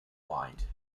mind